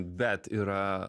bet yra